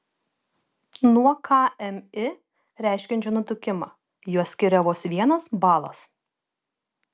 nuo kmi reiškiančio nutukimą juos skiria vos vienas balas